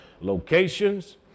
locations